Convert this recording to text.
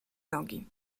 nogi